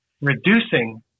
reducing